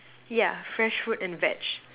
yeah fresh fruit and veg